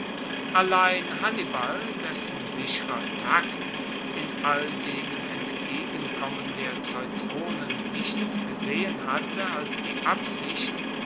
allein hannibal dessen sicherer takt in all jenem entgegenkommen der ceutronen nichts gesehen hatte als die absicht